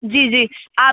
जी जी आप